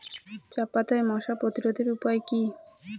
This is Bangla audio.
চাপাতায় মশা প্রতিরোধের উপায় কি?